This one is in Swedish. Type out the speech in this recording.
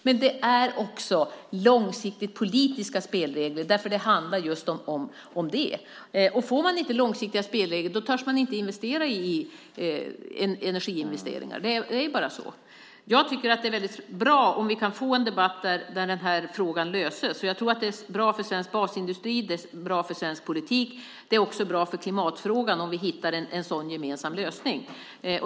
Men det handlar också om långsiktiga politiska spelregler. Om det inte blir långsiktiga spelregler törs man inte göra energiinvesteringar. Det är bara så. Det är bra om vi kan få en debatt där frågan löses. Det är bra för svensk basindustri, för svensk politik och för klimatfrågan om vi hittar en gemensam lösning.